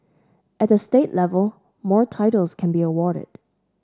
at the state level more titles can be awarded